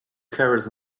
carrots